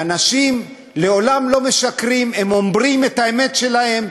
ואנשים לעולם לא משקרים, הם אומרים את האמת שלהם.